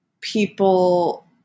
people